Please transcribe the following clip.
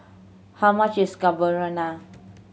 how much is